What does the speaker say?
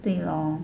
对 loh